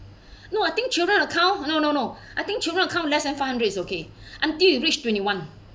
no I think children account no no no I think children account less than five hundred is okay until you reached twenty one